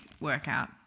workout